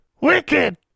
Wicked